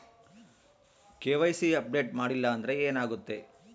KYC update ಮಾಡಿಲ್ಲ ಅಂದ್ರೆ ಏನಾಗುತ್ತೆ?